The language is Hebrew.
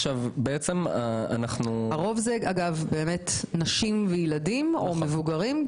הרוב הם נשים בילדים או מבוגרים?